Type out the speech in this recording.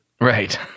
Right